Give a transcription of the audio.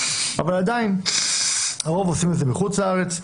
אבל עדיין הרוב עושים את זה בחוץ לארץ,